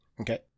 Okay